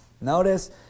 Notice